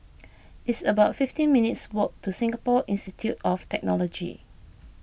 it's about fifteen minutes' walk to Singapore Institute of Technology